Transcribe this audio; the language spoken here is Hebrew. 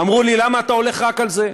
אמרו לי: למה אתה הולך רק על זה?